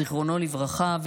זיכרונו לברכה,